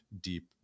deep